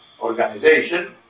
organization